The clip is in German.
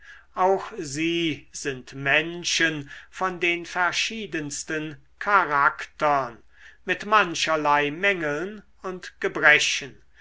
auch sie sind menschen von den verschiedensten charaktern mit mancherlei mängeln und gebrechen